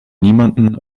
niemandem